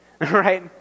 right